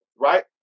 Right